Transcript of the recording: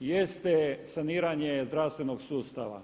jeste saniranje zdravstvenog sustava.